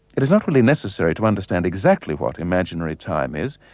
it is not really necessary to understand exactly what imaginary time is,